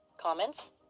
comments